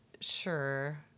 Sure